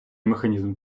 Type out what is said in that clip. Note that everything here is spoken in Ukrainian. механізм